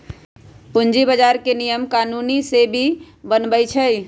पूंजी बजार के नियम कानून सेबी बनबई छई